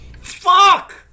Fuck